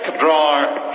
drawer